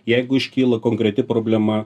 jeigu iškyla konkreti problema